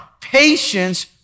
patience